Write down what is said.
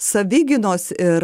savigynos ir